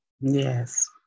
Yes